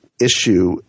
issue